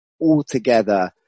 altogether